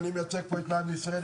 אני מייצג פה את מים ישראל,